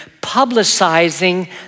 publicizing